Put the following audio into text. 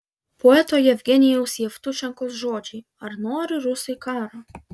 poeto jevgenijaus jevtušenkos žodžiai ar nori rusai karo